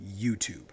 YouTube